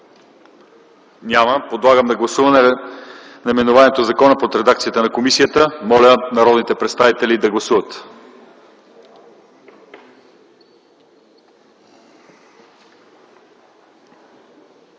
Няма. Подлагам на гласуване наименованието на закона в редакция на комисията. Моля народните представители да гласуват.